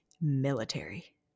military